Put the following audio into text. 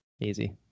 Easy